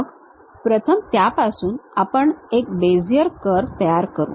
मग प्रथम त्यापासून आपण एक बेझियर कर्व तयार करू